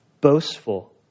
boastful